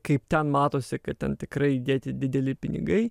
kaip ten matosi kad ten tikrai įdėti dideli pinigai